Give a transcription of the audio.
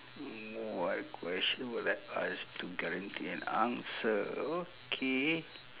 what question would I ask to guarantee an answer okay